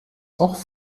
auch